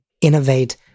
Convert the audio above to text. innovate